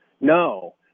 No